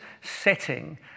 setting